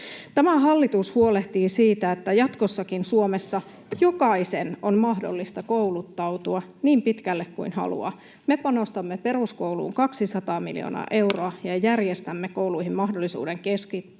Tämä hallitus huolehtii siitä, että jatkossakin Suomessa jokaisen on mahdollista kouluttautua niin pitkälle kuin haluaa. Me panostamme peruskouluun 200 miljoonaa euroa ja järjestämme kouluihin mahdollisuuden keskittyä